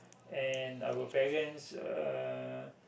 and our parents uh